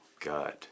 God